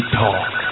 talk